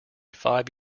five